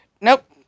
Nope